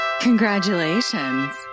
Congratulations